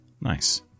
Nice